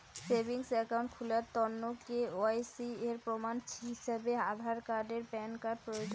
savings account খুলার তন্ন KYC এর প্রমাণ হিছাবে আধার আর প্যান কার্ড প্রয়োজন